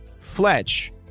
Fletch